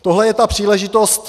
Tohle je ta příležitost.